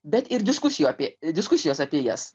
bet ir diskusijų apie diskusijos apie jas